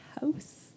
house